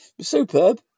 Superb